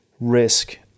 risk